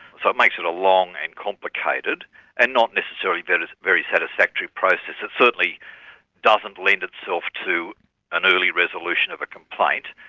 so it makes it a long and complicated and not necessarily very very satisfactory process. it certainly doesn't lend itself to an early resolution of a complaint,